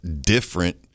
different